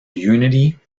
unity